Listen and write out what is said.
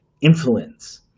influence